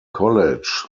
college